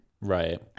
Right